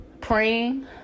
praying